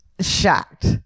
shocked